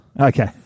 Okay